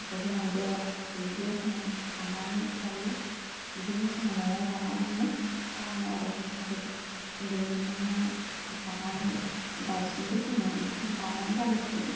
आगर गोनांबो आगर गैयैबो जोङो दानानै लायो बिदिनो जोङो न'आव दानानैनो गानो आरो जों गोदो उन्दैनिफ्रायनो दानानै दासिमबो जोङो बिदिनो दानानै गानबाय थायो